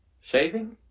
Shaving